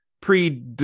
pre